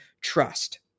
trust